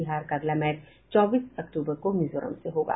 बिहार का अगला मैच चौबीस अक्टूबर को मिजोरम से होगा